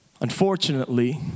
Unfortunately